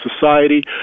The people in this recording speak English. society